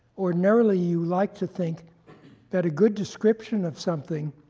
ordinarily, you like to think that a good description of something